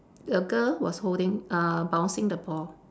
the girl was holding uh bouncing the ball